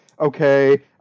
okay